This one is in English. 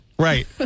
Right